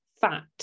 fat